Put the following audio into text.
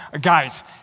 Guys